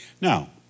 Now